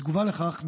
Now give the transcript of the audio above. בתגובה לכך,